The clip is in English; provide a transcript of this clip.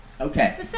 Okay